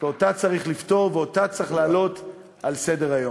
ואותה צריך לפתור ואותה צריך להעלות על סדר-היום.